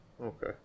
Okay